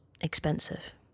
expensive